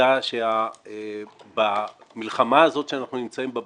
העובדה שבמלחמה הזאת שאנחנו נמצאים בה,